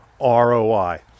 ROI